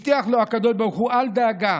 הבטיח לו הקדוש ברוך הוא: אל דאגה,